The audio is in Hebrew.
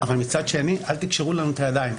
אבל מצד שני, אל תקשרו לנו את הידיים.